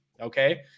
okay